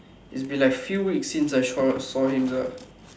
it's been like few weeks since I saw saw him sia